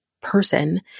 person